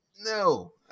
No